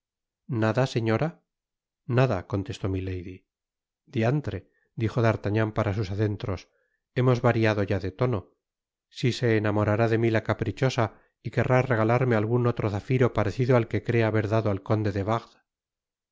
nada señora nada contestó milady diantre dijo d'artagnan para sus adentros hemos variado ya de tono si se enamorará de mi la caprichosa y querrá regalarme algun otro zafiro parecido at que cree haber dado al conde de